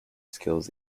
skills